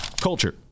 Culture